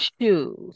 Shoes